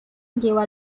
lleva